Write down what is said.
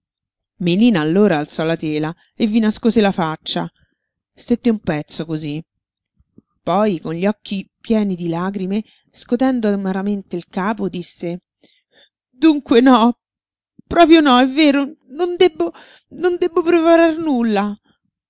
melina allora alzò la tela e vi nascose la faccia stette un pezzo cosí poi con gli occhi pieni di lagrime scotendo amaramente il capo disse dunque no proprio no è vero non debbo non debbo preparar nulla